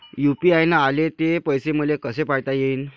UPI न आले ते पैसे मले कसे पायता येईन?